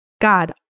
God